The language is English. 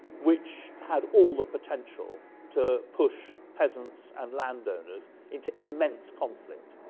which had all the potential to push peasants and landowners into immense conflict.